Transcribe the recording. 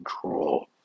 control